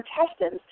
intestines